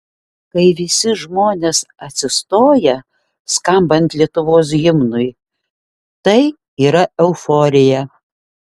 kai visi žmonės atsistoja skambant lietuvos himnui tai yra euforija